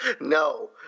No